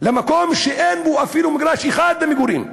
למקום שאין בו אפילו מגרש אחד למגורים: